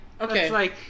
Okay